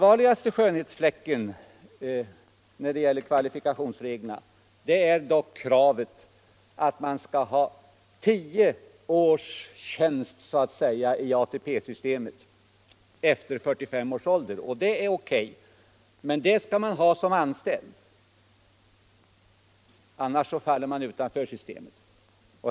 För att få delpension skall man ha tio års tjänst i ATP-systemet efter 45 års ålder. Det är OK. Men den allvarligaste skönhetsfläcken när det gäller kvalifikationsreglerna är kravet att man skall ha arbetat in den tiden som anställd. Annars faller man utanför systemet.